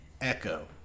echo